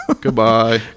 Goodbye